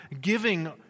Giving